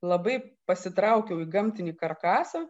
labai pasitraukiau į gamtinį karkasą